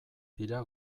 dira